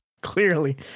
clearly